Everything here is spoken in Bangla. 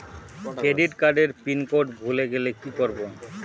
ক্রেডিট কার্ডের পিনকোড ভুলে গেলে কি করব?